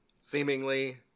seemingly